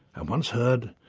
and once heard,